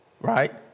right